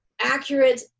accurate